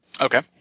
Okay